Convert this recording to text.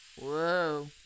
Whoa